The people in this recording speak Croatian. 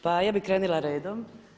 Pa ja bi krenula redom.